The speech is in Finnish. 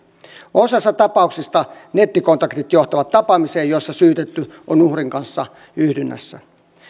osassa tapauksista nettikontaktit johtavat tapaamiseen jossa syytetty on uhrin kanssa yhdynnässä